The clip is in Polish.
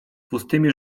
pustymi